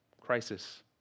crisis